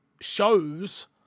shows